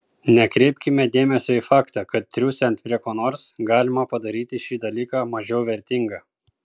nekreipkime dėmesio į faktą kad triūsiant prie ko nors galima padaryti šį dalyką mažiau vertingą